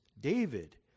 David